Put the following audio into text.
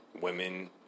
Women